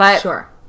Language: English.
Sure